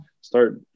start